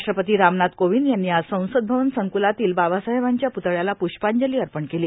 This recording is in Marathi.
राष्ट्रपती रामनाथ कोविंद यांनी आज संसद भवन संक्लातल्या बाबासाहेबांच्या प्तळ्याला प्ष्पांजली अर्पण केली